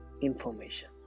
information